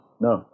no